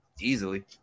Easily